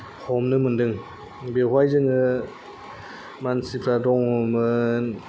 हमनो मोन्दों बेवहाय जोङो मानसिफ्रा दङमोन